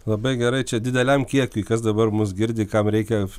labai gerai čia dideliam kiekiui kas dabar mus girdi kam reikia